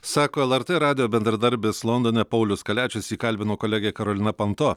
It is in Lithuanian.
sako lrt radijo bendradarbis londone paulius kaliačius jį kalbino kolegė karolina panto